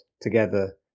together